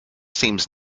seems